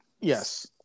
Yes